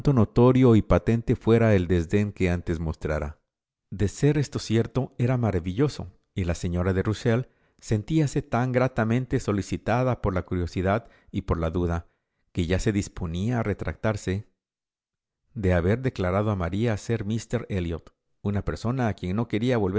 rio y patente fuera el desdén que antes mostrara de ser esto cierto era maravilloso y la señora de rusell sentíase tan gratamente solicitada por la curiosidad y por la duda que ya se disponía a retractarse de haber declarado a maría ser míster elliot una persona a quien no quería